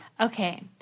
Okay